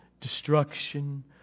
destruction